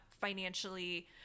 financially